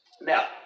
Now